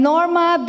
Norma